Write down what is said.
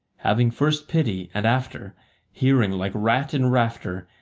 having first pity, and after hearing, like rat in rafter,